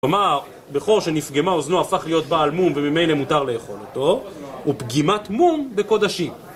כלומר, בחור שנפגמה אוזנו הפך להיות בעל מום ובמילא מותר לאכול אותו הוא פגימת מום בקודשי